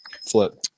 flip